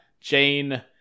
Jane